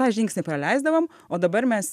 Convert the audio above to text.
tą žingsnį praleisdavom o dabar mes